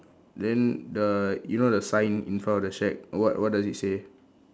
then the you know the sign in front of the shack what what does it say